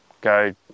go